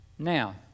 Now